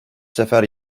sefer